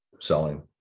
selling